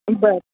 बरं